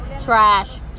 Trash